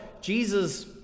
Jesus